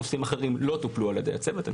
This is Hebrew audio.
נושאים אחרים לא טופלו על ידי הצוות.